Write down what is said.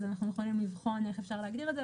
אז אנחנו מוכנים לבחון איך אפשר להגדיר את זה,